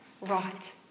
right